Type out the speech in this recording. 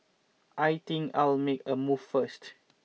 I think I'll make a move first